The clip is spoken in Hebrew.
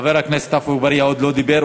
חבר הכנסת עפו אגבאריה עוד לא דיבר.